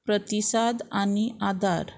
प्रतिसाद आनी आदार